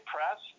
Press